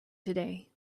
today